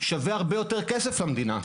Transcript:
שווה הרבה יותר כסף למדינה.